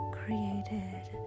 created